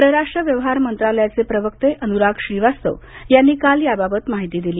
परराष्ट्र व्यवहार मंत्रालयाचे प्रवक्ते अनुराग श्रीवास्तव यांनी काल याबाबत माहिती दिली